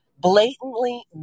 Blatantly